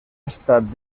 estat